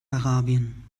arabien